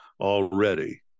already